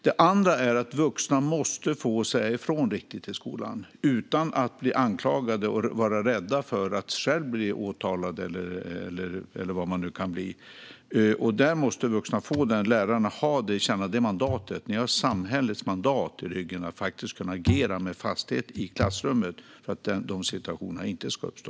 Det andra är att vuxna måste få säga ifrån riktigt i skolan utan att bli anklagade och vara rädda att själva bli åtalade eller vad man nu kan bli. De vuxna, lärarna, måste ha och känna att de har samhällets mandat i ryggen att kunna agera med fasthet i klassrummet för att de situationerna inte ska uppstå.